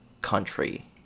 country